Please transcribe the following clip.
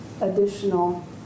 additional